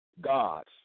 gods